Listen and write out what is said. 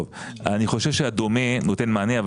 אני חושב שה"דומה" נותן מענה.